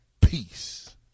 Peace